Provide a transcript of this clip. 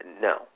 No